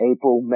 April